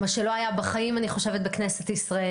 מה שאני חושבת שלא היה בחיים בכנסת ישראל.